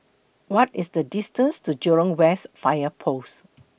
What IS The distance to Jurong West Fire Post